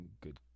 good